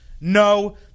No